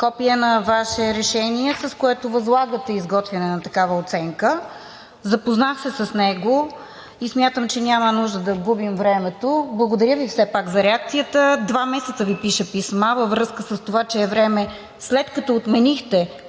копие на Ваше решение, с което възлагате изготвяне на такава оценка. Запознах се с него и смятам, че няма нужда да губим времето. Благодаря Ви все пак за реакцията. Два месеца Ви пиша писма във връзка с това, че е време, след като отменихте